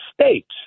States